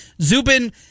Zubin